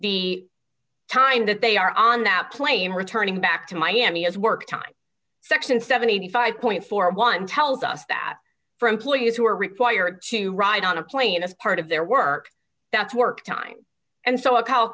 the time that they are on that plane returning back to miami as work time section seventy five point four one tells us that for employees who are required to ride on a plane as part of their work that's work time and so a cow